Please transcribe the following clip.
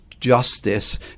justice